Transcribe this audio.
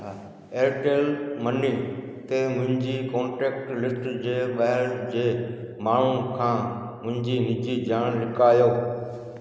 Airtel money ते मुंहिंजी contact list जे ॿाहिरि जे माण्हुनि खां मुंहिंजी निजी ॼाण लिकायो